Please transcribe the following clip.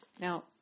Now